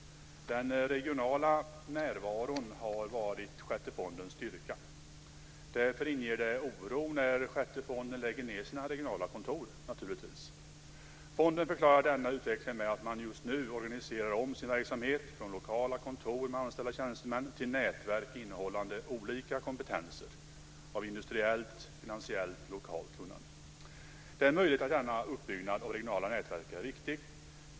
Den regionala närvaron har varit Sjätte AP-fondens styrka. Därför inger det oro när fonden lägger ned sina lokala kontor. Fonden förklarar denna utveckling med att man just nu organiserar om sin verksamhet från lokala kontor med anställda tjänstemän till nätverk innehållande olika kompetenser av industriellt, finansiellt och lokalt kunnande. Det är möjligt att denna uppbyggnad av regionala nätverk är riktig.